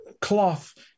cloth